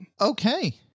Okay